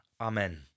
Amen